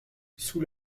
sous